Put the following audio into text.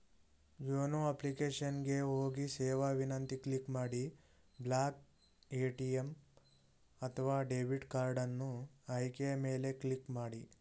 YONO application ಗೆ ಹೋಗಿ ಸೇವಾ ವಿನಂತಿ ಕ್ಲಿಕ್ ಮಾಡಿ ಬ್ಲಾಕ್ ಎ.ಟಿ.ಎಂ ಅಥವಾ ಡೆಬಿಟ್ ಕಾರ್ಡನ್ನು ಆಯ್ಕೆಯ ಮೇಲೆ ಕ್ಲಿಕ್ ಮಾಡಿ